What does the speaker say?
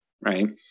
right